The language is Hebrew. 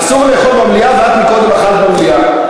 אסור לאכול במליאה ואת קודם אכלת במליאה.